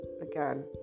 again